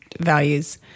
values